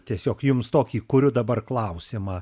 tiesiog jums tokį kuriu dabar klausiama